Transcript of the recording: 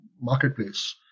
marketplace